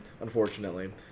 Unfortunately